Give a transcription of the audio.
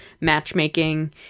matchmaking